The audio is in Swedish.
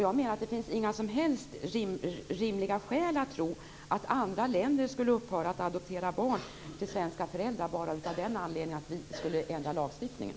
Jag menar att det inte finns några som helst rimliga skäl att tro att andra länder skulle upphöra att adoptera barn till svenska föräldrar bara av den anledningen att vi skulle ändra lagstiftningen.